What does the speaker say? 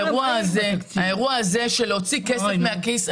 האירוע הזה להוציא כסף מהכיס,